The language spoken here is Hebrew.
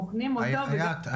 איאת,